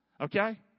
Okay